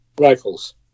rifles